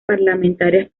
parlamentarias